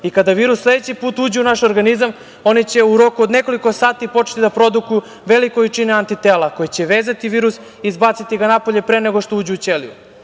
i kada virus sledeći put uđe u naš organizam oni će u roku od nekoliko sati početi da produkuju veliku količinu antitela, koji će vezati virus i izbaciti ga napolje pre nego što uđe u ćeliju,